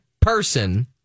person